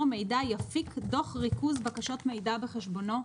המידע יפיק דוח ריכוז בקשות מידע בחשבונו?